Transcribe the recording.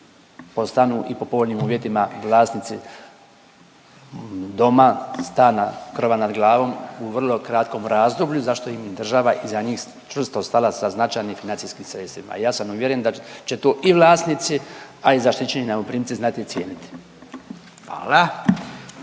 postanu i po povoljnim uvjetima vlasnici doma, stana, krova nad glavom u vrlo kratkom razdoblju, za što im država i za njih čvrsto stala sa značajnim financijskim sredstvima. Ja sam uvjeren da će to i vlasnici, a i zaštićeni najmoprimci znati cijeniti.